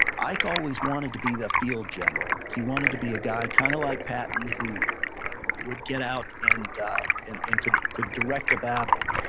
ike always wanted to be the field general. he wanted to be a guy kind of like patton who would get out and and and could could direct a battle.